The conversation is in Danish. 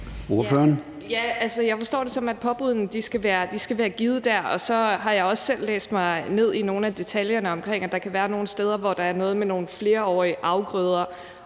jeg forstår det sådan, at påbuddene skal være givet dér. Og så har jeg også selv læst ned i nogle af detaljerne omkring, at der kan være nogle steder, hvor der er noget med nogle flerårige afgrøder